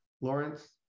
Lawrence